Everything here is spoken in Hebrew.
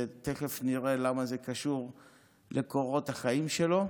ותכף נראה למה זה קשור לקורות החיים שלו,